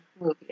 movie